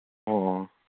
ꯑꯣ